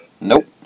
Nope